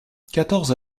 quatorze